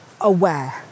aware